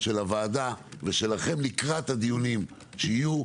של הוועדה ושלכם לקראת הדיונים שיתקיימו,